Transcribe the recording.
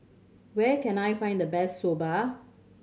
where can I find the best Soba